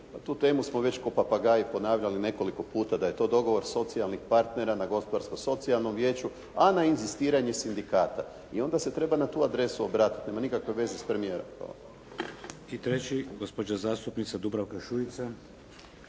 tu temu smo već ko papagaji ponavljali nekoliko puta da je to dogovor socijalnih partnera na Gospodarsko-socijalnom vijeću, a na inzistiranje sindikata i onda se treba na tu adresu obratiti. Nema nikakve veze s premijerom to. **Šeks, Vladimir (HDZ)** I treći gospođa zastupnica Dubravka Šuica.